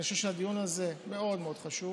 אני חושב שהדיון הזה מאוד מאוד חשוב.